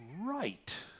right